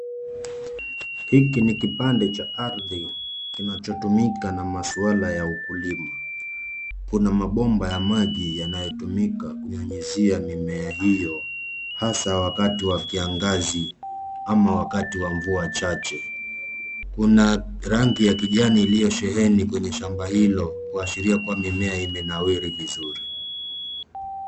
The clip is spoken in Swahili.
Hiki ni kipande cha ardhi kinachotumika na masuala ya ukulima. Kuna mabomba ya maji yanayotumika kunyunyizia mimea hiyo hasa wakati wa kiangazi ama wakati wa mvua chache. Kuna rangi ya kijani iliyosheheni kwenye shamba hilo kuashiria kuwa mimea imenawiri vizuri.